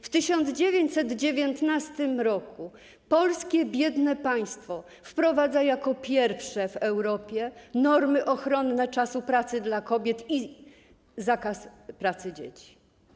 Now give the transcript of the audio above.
W 1919 r. polskie biedne państwo wprowadza jako pierwsze w Europie normy ochronne czasu pracy dla kobiet i zakaz pracy dzieci.